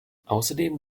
außerdem